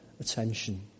attention